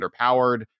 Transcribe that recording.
underpowered